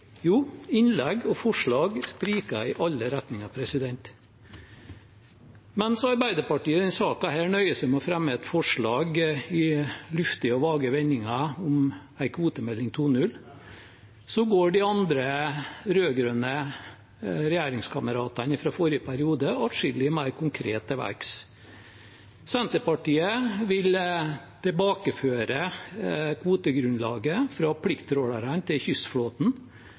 Jo, innlegg og forslag spriker i alle retninger. Mens Arbeiderpartiet i denne saken nøyer seg med å fremme et forslag i luftige og vage vendinger om en kvotemelding 2.0, går de andre rød-grønne regjeringskameratene fra forrige periode atskillig mer konkret til verks. Senterpartiet vil tilbakeføre kvotegrunnlaget fra plikttrålerne til kystflåten